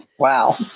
Wow